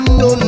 no